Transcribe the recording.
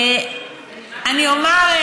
אני אומר,